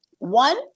One